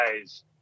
guys